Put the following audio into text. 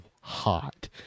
hot